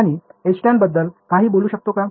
मी Htan बद्दल काही बोलू शकतो का